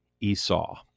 Esau